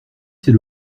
c’est